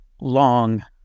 long